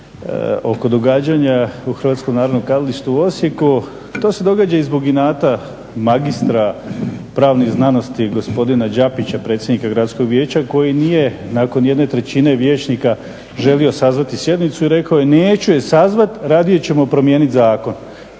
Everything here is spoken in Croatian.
oko događanja u HNK-u u Osijeku, to se događa i zbog inata magistra pravnih znanosti i gospodina Đakića, predsjednika gradskog vijeća koji nije nakon jedne trećine vijećnika želio sazvati sjednicu i rekao je neću je sazvati, radije ćemo promijeniti zakon.